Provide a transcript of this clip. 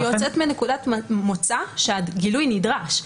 כי היא יוצאת מנקודת מוצא שהגילוי נדרש.